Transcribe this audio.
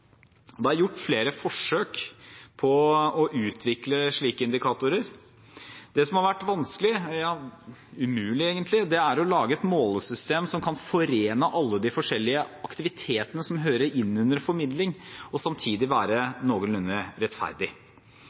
Det er gjort flere forsøk på å utvikle slike indikatorer. Det som har vært vanskelig – ja, egentlig umulig – er å lage et målesystem som kan forene alle de forskjellige aktivitetene som hører inn under formidling, og samtidig være noenlunde rettferdig.